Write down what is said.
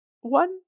one